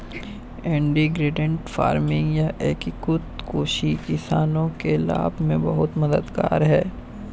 integrated farming या एकीकृत कृषि किसानों के लाभ में बहुत मददगार है